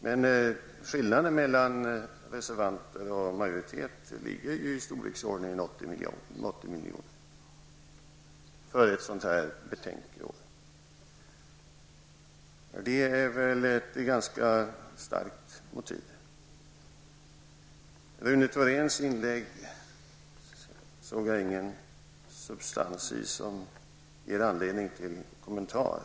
Men skillnaden mellan reservanter och majoritet ligger i storleksordningen 80 miljoner för ett sådant betänkeår. Det är ett ganska starkt motiv. Rune Thoréns inlägg såg jag ingen substans i som ger anledning till en kommentar.